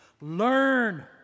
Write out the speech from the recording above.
Learn